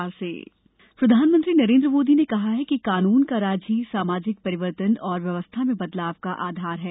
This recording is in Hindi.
पीएम न्यायिक सम्मेलन प्रधानमंत्री नरेन्द्र मोदी ने कहा है कि कानून का राज ही सामाजिक परिवर्तन और व्यवस्था में बदलाव का आधार है